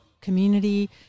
community